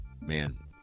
Man